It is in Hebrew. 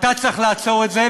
אתה צריך לעצור את זה,